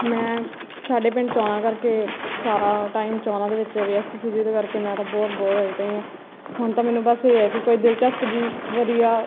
ਮੈਂ ਸਾਡੇ ਪਿੰਡ ਚੋਣਾਂ ਕਰਕੇ ਸਾਰਾ ਟਾਈਮ ਚੋਣਾਂ ਦੇ ਵਿੱਚ ਵਿਅਸਤ ਸੀ ਜਿਹਦੇ ਕਰਕੇ ਮੈਂ ਤਾਂ ਬਹੁਤ ਬੋਰ ਹੋਈ ਪਈ ਹਾਂ ਹੁਣ ਤਾਂ ਮੈਨੂੰ ਬਸ ਇਹ ਹੈ ਕਿ ਕੋਈ ਦਿਲਚਸਪ ਜਿਹੀ ਵਧੀਆ